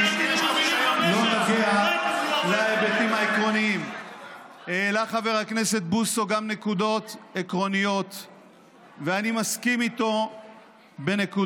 כל אדם שיש לו תעודת לידה יבוא עם תעודת הלידה,